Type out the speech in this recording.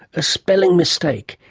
a spelling mistake.